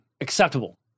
acceptable